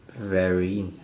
very